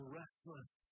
restless